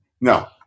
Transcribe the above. no